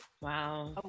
wow